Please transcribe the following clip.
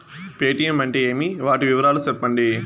Paytm అంటే ఏమి, వాటి వివరాలు సెప్పండి?